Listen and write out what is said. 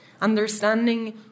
understanding